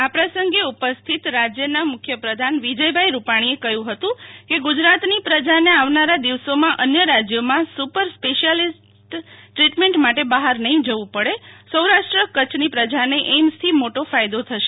આ પ્રસંગે ઉપસ્થિત મુખ્ય પ્રધાન વિજયભાઈ રૂપાણીએ કહ્યું હૃતું કે ગુજરાત ની પ્રજાને આવનાર દિવસોમાં અન્ય રાજ્યોમાં સુપર સ્પેસ્યાલીસ્ટ ટ્રીટમેન્ટ માટે બહાર નફી જવું પડે સૌરાષ્ટ્ર કરછને એઈમ્સથી મોટો ફાયદો થશે